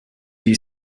you